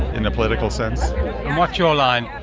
in a political sense what's your line?